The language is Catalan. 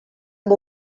amb